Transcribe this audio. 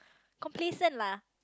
complacent lah